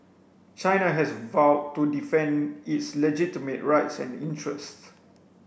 China has vowed to defend its legitimate rights and interests